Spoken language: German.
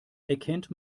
erkennt